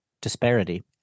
disparity